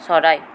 চৰাই